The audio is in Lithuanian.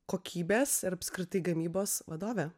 kokybės ir apskritai gamybos vadovė